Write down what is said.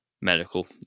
medical